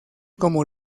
como